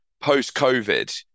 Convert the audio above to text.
post-COVID